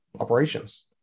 operations